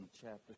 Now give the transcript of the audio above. chapter